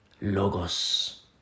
Logos